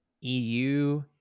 EU